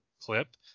clip